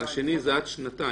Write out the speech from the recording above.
-- השני זה עד שנתיים.